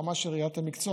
ברמה של ראיית המקצוע.